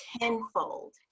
tenfold